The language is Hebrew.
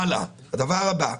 הדבר הבא,